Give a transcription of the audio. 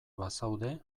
bazaude